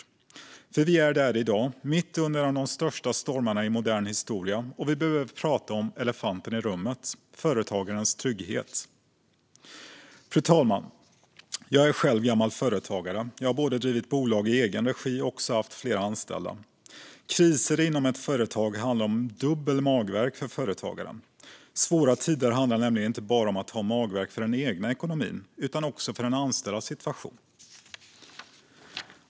Där är vi nämligen i dag, mitt i en av de största stormarna i modern historia. Och vi behöver prata om elefanten i rummet: företagarens trygghet. Fru talman! Jag är själv gammal företagare. Jag har både drivit bolag i egen regi och haft flera anställda. Kriser inom ett företag handlar om dubbel magvärk för företagaren. Svåra tider handlar nämligen om att ha magvärk inte bara för den egna ekonomin utan också för de anställdas situation.